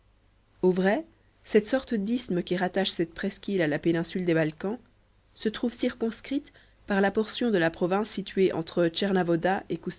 au vrai cette sorte d'isthme qui rattache cette presqu'île à la péninsule des balkans se trouve circonscrite par la portion de la province située entre